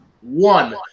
One